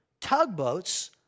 Tugboats